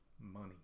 money